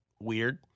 weird